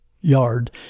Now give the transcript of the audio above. yard